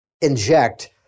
inject